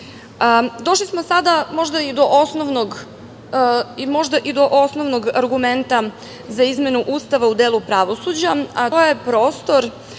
smo sada možda i do osnovnog argumenta za izmenu Ustava u delu pravosuđa, a to je prostor